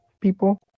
people